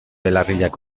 belarriak